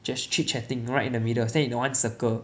just chit chatting right in the middle stand in one circle